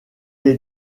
est